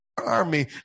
army